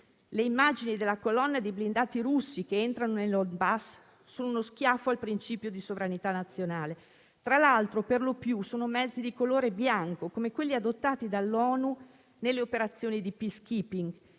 Le immagini della colonna di blindati russi che entra nel Donbass sono uno schiaffo al principio di sovranità nazionale. Tra l'altro, si tratta per lo più di mezzi di colore bianco, come quelli adottati dall'ONU nelle operazioni di *peacekeeping*,